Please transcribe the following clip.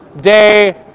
day